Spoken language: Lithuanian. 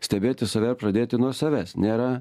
stebėti save pradėti nuo savęs nėra